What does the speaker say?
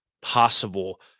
possible